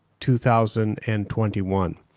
2021